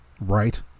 right